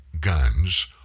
guns